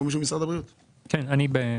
משהו אחד במשרד הבריאות אבל אני לא